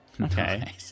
Okay